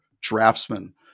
draftsman